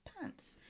pants